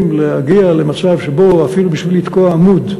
להגיע למצב שבו אפילו בשביל לתקוע עמוד,